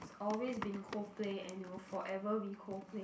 it's always been Coldplay and it will forever be Coldplay